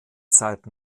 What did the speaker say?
zeit